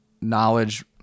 knowledge